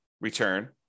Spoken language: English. return